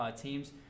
teams